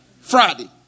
Friday